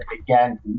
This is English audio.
Again